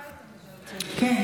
כן,